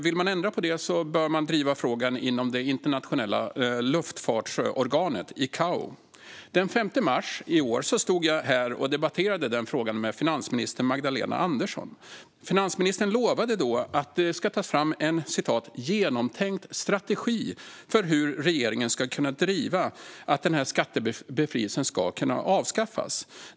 Vill man ändra på det bör man driva frågan inom det internationella luftfartsorganet ICAO. Den 5 mars i år stod jag här i kammaren och debatterade denna fråga med finansminister Magdalena Andersson. Finansministern lovade då att det skulle tas fram en "genomtänkt strategi" för hur regeringen ska driva att den här skattebefrielsen ska kunna avskaffas.